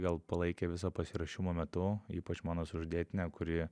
gal palaikė viso pasiruošimo metu ypač mano sužadėtinė kuri